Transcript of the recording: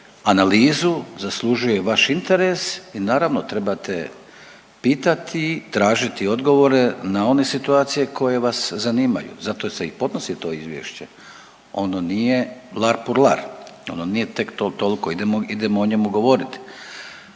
analizu, zaslužuje vaš interes i naravno trebate pitati i tražiti odgovore na one situacije koje vas zanimaju, zato se i podnosi to izvješće, ono nije „lar pur lar“, ono nije tek tolko, idemo, idemo o njemu govoriti.